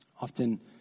Often